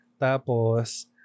Tapos